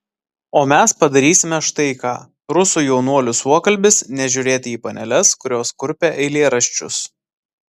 o mes padarysime štai ką rusų jaunuolių suokalbis nežiūrėti į paneles kurios kurpia eilėraščius